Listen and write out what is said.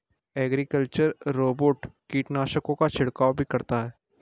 agricultural robot कीटनाशकों का छिड़काव भी करता है